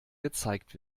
gezeigt